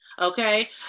Okay